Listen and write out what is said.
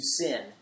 sin